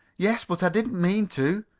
yes, but i didn't mean to.